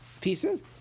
pieces